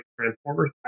Transformers